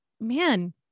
man